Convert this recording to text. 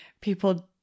people